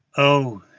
oh,